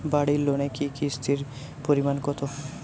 বাড়ি লোনে কিস্তির পরিমাণ কত?